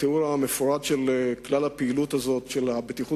התיאור המפורט של כלל הפעילות לבטיחות